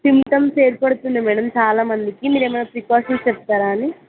symptoms ఏర్పడుతున్నాయి madam చాలా మందికి మీరు ఏమైన ప్రికాషన్స్ చెప్తారా అని